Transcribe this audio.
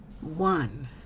one